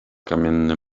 kamienny